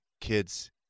Kids